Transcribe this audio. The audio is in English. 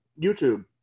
YouTube